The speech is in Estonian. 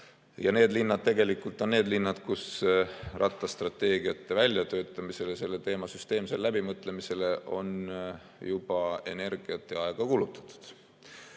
Ja need linnad on tegelikult need linnad, kus rattastrateegiate väljatöötamisele, selle teema süsteemsele läbimõtlemisele on juba energiat ja aega kulutatud.